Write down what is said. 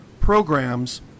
programs